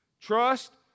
Trust